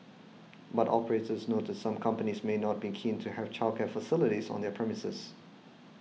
but operators noted some companies may not be keen to have childcare facilities on their premises